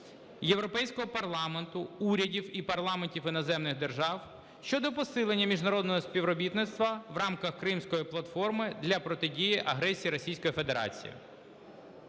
Європейського Парламенту, урядів і парламентів іноземних держав щодо посилення міжнародного співробітництва в рамках Кримської платформи для протидії агресії Російської Федерації.